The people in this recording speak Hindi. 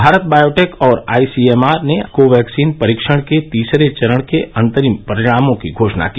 भारत बायोटेक और आई सी एम आर ने कोवैक्सीन परीक्षण के तीसरे चरण के अंतरिम परिणामों की घोषणा की